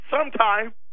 sometime